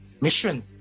mission